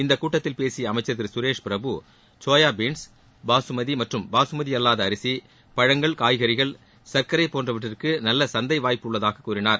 இந்தக் கூட்டத்தில் பேசிய அமைச்சர் திரு சுரேஷ் பிரபு சோயா பீன்ஸ் பாசுமதி மற்றும் பாசுமதி அல்லாத அரிசி பழங்கள் காய்கறிகள் சர்க்கரை போன்றவற்றிற்கு நல்ல சந்தை வாய்ப்பு உள்ளதாக கூறினார்